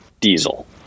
diesel